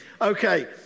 Okay